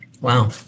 Wow